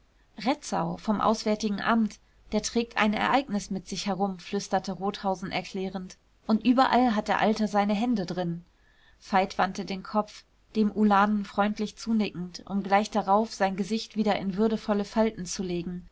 retzau vom auswärtigen amt der trägt ein ereignis mit sich herum flüsterte rothausen erklärend und überall hat der alte seine hände drin veit wandte den kopf dem ulanen freundlich zunickend um gleich darauf sein gesicht wieder in würdevolle falten zu legen